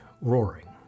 roaring